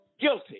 guilty